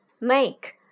Make